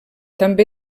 també